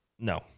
No